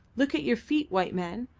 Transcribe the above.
look at your feet, white man.